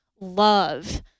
love